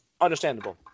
understandable